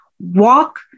Walk